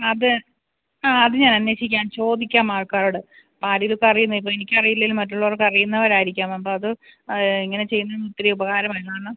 അത് അ അത് ഞാൻ അന്വേഷിക്കാം ചോദിക്കാം ആൾക്കാരോട് ആരേലും ഒക്കെ അറിയുന്ന ഇപ്പോൾ എനിക്ക് അറിയില്ലേലും മറ്റുള്ളവര് അറിയുന്നവരായിരിക്കാം അപ്പോൾ അത് എങ്ങനെ ചെയ്തിരുന്നേൽ ഒത്തിരി ഉപകാരമായിരുന്നു കാരണം